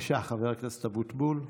בבקשה, חבר הכנסת אבוטבול.